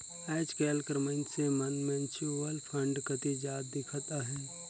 आएज काएल कर मइनसे मन म्युचुअल फंड कती जात दिखत अहें